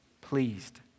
Pleased